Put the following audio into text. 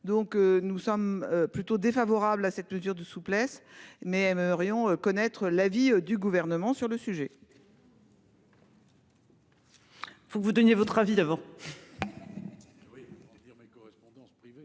Donc nous sommes plutôt défavorable à cette mesure de souplesse mais aimerions connaître l'avis du gouvernement sur le sujet. Faut que vous donniez votre avis d'abord.